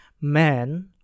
man